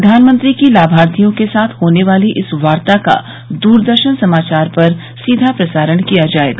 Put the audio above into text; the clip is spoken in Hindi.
प्रधानमंत्री की लाभार्थियों के साथ होने वाली इस वार्ता का दूरदर्शन समाचार पर सीधा प्रसारण किया जाएगा